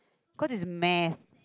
cause it's math